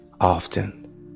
often